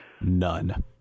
None